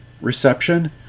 reception